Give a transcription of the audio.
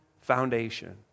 foundation